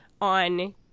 on